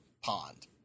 pond